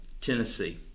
Tennessee